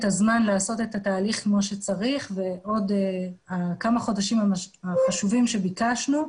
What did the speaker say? הזמן לעשות את התהליך כמו שצריך ועוד כמה חודשים החשובים שביקשנו,